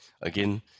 again